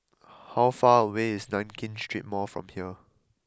how far away is Nankin Street Mall from here